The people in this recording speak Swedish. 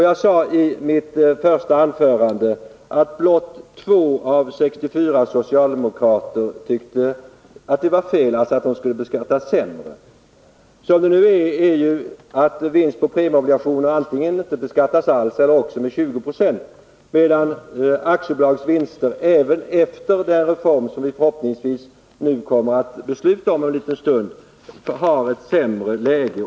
Jag sade i mitt första anförande att blott 2 av 64 socialdemokrater tyckte att det var fel att de beskattas sämre. Som det nu är beskattas inte vinst på premieobligationer alls eller också med 20 26 medan aktiebolagens vinster, även efter den reform som vi om en liten stund förhoppningsvis kommer att besluta om, har ett sämre läge.